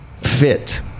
fit